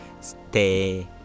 stay